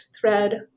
thread